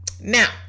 Now